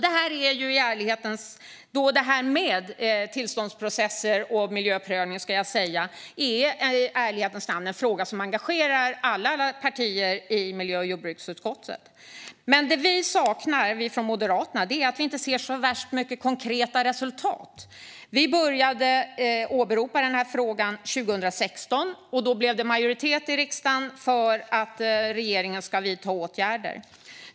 Det här med tillståndsprocesser och miljöprövning är i ärlighetens namn en fråga som engagerar alla partier i miljö och jordbruksutskottet. Men vi moderater ser inte så värst mycket konkreta resultat. Vi började ta upp denna fråga 2016, och då blev det majoritet i riksdagen för att regeringen skulle vidta åtgärder.